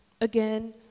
Again